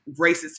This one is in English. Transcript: racist